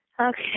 Okay